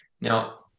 Now